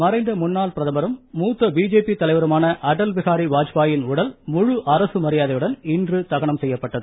மறைந்த முன்னாள் பிரதமரும் மூத்த பிஜேபி தலைவருமான அடல் பிஹாரி வாஜ்பாயின் உடல் முழு அரசு மரியாதையுடன் இன்று தகனம் செய்யப்பட்டது